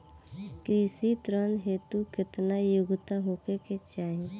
कृषि ऋण हेतू केतना योग्यता होखे के चाहीं?